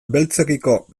beltzekiko